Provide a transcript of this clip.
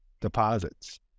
deposits